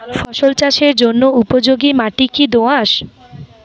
ফসল চাষের জন্য উপযোগি মাটি কী দোআঁশ?